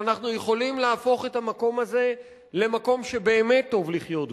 שאנחנו יכולים להפוך את המקום הזה למקום שבאמת טוב לחיות בו.